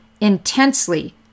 intensely